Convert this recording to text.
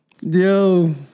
Yo